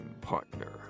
partner